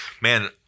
man